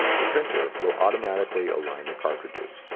the printer will automatically align the cartridges